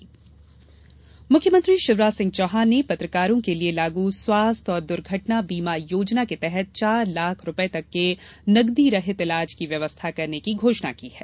पत्रकार सम्मान मुख्यमंत्री शिवराज सिंह चौहान ने पत्रकारों के लिए लागू स्वास्थ्य और दुघर्टना बीमा योजना के तहत चार लाख रूपये तक के नकदीरहित इलाज की व्यवस्था करने की घोषणा की है